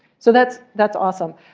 so that's that's awesome.